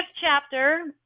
chapter